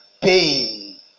pain